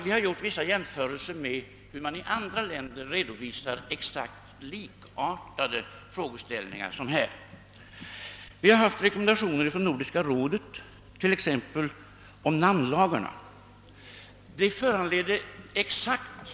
Vi har gjort vissa jämförelser med redovisningen i andra länder av exakt likartade frågeställningar. Vi har haft rekommendationer från nordiska kommittéer om t.ex. namnlagarna.